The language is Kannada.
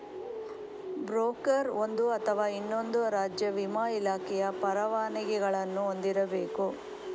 ಬ್ರೋಕರ್ ಒಂದು ಅಥವಾ ಇನ್ನೊಂದು ರಾಜ್ಯ ವಿಮಾ ಇಲಾಖೆಯ ಪರವಾನಗಿಗಳನ್ನು ಹೊಂದಿರಬೇಕು